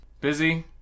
Busy